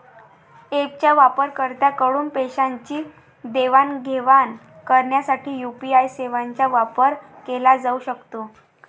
ऍपच्या वापरकर्त्यांकडून पैशांची देवाणघेवाण करण्यासाठी यू.पी.आय सेवांचा वापर केला जाऊ शकतो